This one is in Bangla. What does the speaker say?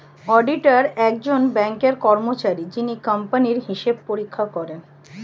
অডিটার একজন ব্যাঙ্কের কর্মচারী যিনি কোম্পানির হিসাব পরীক্ষা করেন